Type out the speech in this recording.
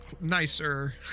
nicer